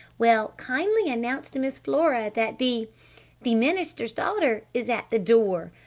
well, kindly announce to miss flora that the the minister's daughter is at the door.